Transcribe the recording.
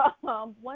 One